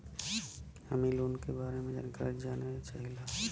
हम इ लोन के बारे मे जानकारी जाने चाहीला?